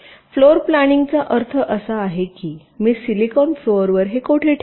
floor प्लानिंगचा अर्थ असा आहे की मी सिलिकॉन फ्लोअरवर हे कोठे ठेवतो